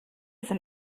sind